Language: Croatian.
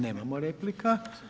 Nemamo replika.